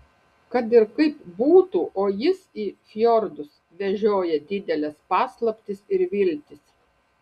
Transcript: kad ir kaip būtų o jis į fjordus vežioja dideles paslaptis ir viltis